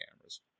cameras